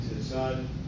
son